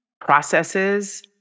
processes